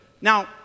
Now